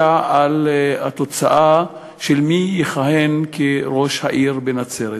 על התוצאה של מי יכהן כראש העיר בנצרת.